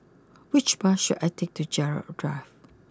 which bus should I take to Gerald Drive